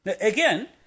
Again